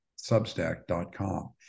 substack.com